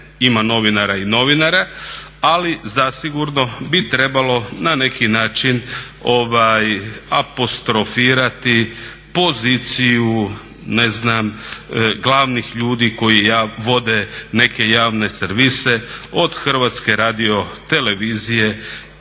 ima novinara i novinara ali zasigurno bi trebalo na neki način apostrofirati poziciju glavnih ljudi koji vode neke javne servise od HRT-a itd. Ono što je